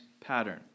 pattern